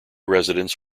residents